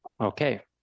Okay